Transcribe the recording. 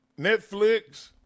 Netflix